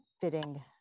fitting